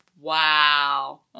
Wow